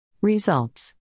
Results